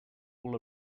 will